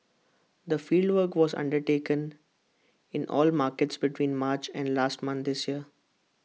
the fieldwork was undertaken in all markets between March and last month this year